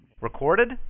Recorded